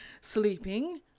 sleeping